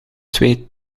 twee